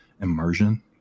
immersion